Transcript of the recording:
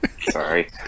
Sorry